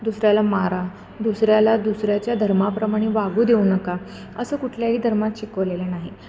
दुसऱ्याला मारा दुसऱ्याला दुसऱ्याच्या धर्माप्रमाणे वागू देऊ नका असं कुठल्याही धर्मात शिकवलेलं नाही